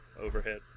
overhead